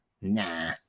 Nah